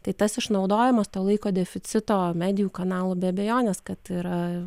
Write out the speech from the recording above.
tai tas išnaudojimas to laiko deficito medijų kanalų be abejonės kad yra